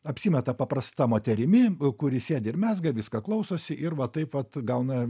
apsimeta paprasta moterimi kuri sėdi ir mezga viską klausosi ir va taip vat gauna